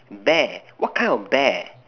bear what kind of bear